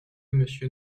monsieur